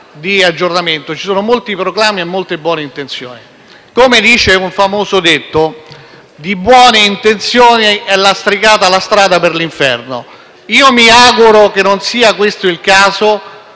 di aggiornamento ci sono molti proclami e buone intenzioni. Come recita un famoso detto, di buone intenzioni è lastricata la strada per l'inferno. Mi auguro che non sia questo il caso,